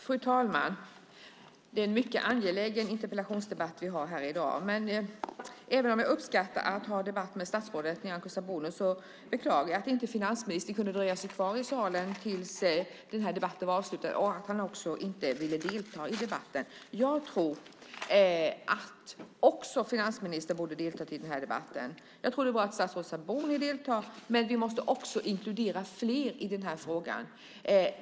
Fru talman! Det är en mycket angelägen interpellationsdebatt vi har här i dag. Även om jag uppskattar att föra en debatt med statsrådet Nyamko Sabuni beklagar jag att inte finansministern kunde dröja sig kvar i salen tills den här debatten var avslutad och att han inte heller ville delta i debatten. Jag tror att också finansministern borde ha deltagit i den här debatten. Jag tror att det är bra att statsrådet Sabuni deltar, men vi måste inkludera fler i den här frågan.